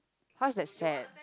how is that sad